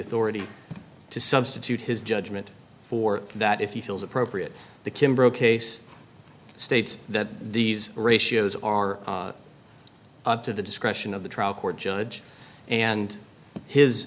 authority to substitute his judgment for that if he feels appropriate the kimber case states that these ratios are up to the discretion of the trial court judge and his